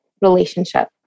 relationship